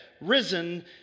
risen